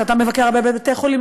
שאתה מבקר הרבה בבתי-חולים,